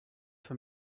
for